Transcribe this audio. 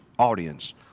audience